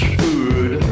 food